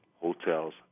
hotels